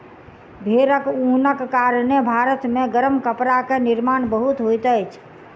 भेड़क ऊनक कारणेँ भारत मे गरम कपड़ा के निर्माण बहुत होइत अछि